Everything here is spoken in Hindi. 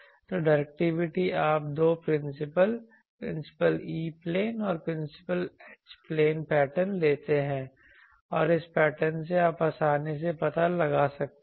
तो डायरेक्टिविटी आप दो प्रिंसिपल प्रिंसिपल E प्लेन और प्रिंसिपल H प्लेन पैटर्न लेते हैं और इस पैटर्न से आप आसानी से पता लगा सकते हैं